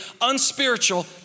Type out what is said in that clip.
unspiritual